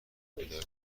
بیدار